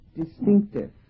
distinctive